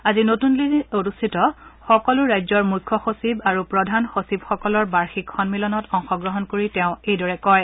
আজি নতুন দিল্লীত অনুষ্ঠিত সকলো ৰাজ্যৰ মুখ্য সচিব আৰু প্ৰধান সচিবসকলৰ বাৰ্ষিক সম্মিলনত অংশ গ্ৰহণ কৰি তেওঁ এইদৰে কয়